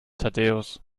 thaddäus